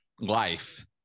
life